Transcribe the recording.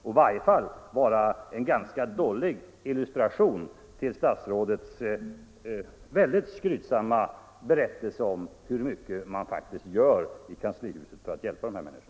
Och det är en ganska dålig illustration till stats — Nr 77